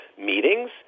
meetings